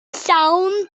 llawn